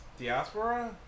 Diaspora